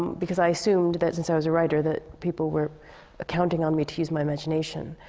because i assumed that since i was a writer, that people were ah counting on me to use my imagination.